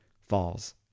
Falls